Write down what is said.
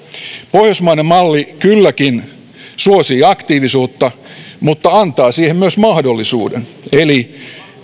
pohjoismainen malli kylläkin suosii aktiivisuutta mutta antaa siihen myös mahdollisuuden eli